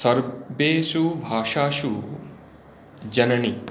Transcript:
सर्वेषु भाषासु जननी